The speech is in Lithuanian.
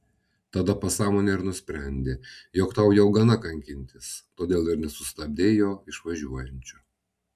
tada pasąmonė ir nusprendė jog tau jau gana kankintis todėl ir nesustabdei jo išvažiuojančio